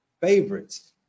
favorites